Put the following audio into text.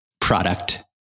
product